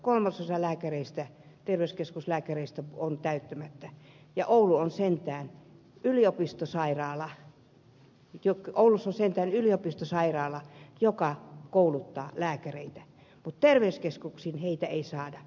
kolmasosa terveyskeskuslääkäreiden viroista on täyttämättä ja oulussa on sentään yliopistosairaala joka kouluttaa lääkäreitä mutta terveyskeskuksiin heitä ei saada